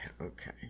okay